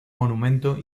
monumento